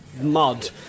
Mud